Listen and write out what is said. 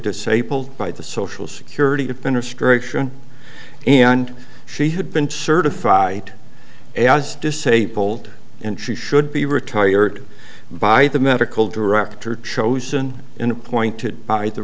disabled by the social security administration and she had been certified as disabled and she should be retired by the medical director chosen in appointed by the